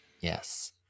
Yes